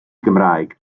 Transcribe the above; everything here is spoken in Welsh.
gymraeg